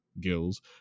gills